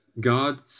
God